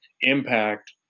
impact